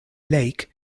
lake